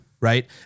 right